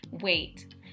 wait